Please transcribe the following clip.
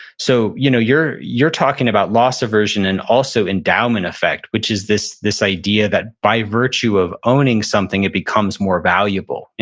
so you know you're you're talking about loss aversion and also endowment effect, which is this this idea that by virtue of owning something, it becomes more valuable.